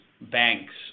banks